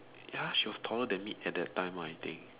ya she was taller than me at that time I think